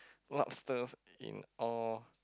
lobsters in all